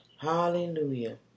Hallelujah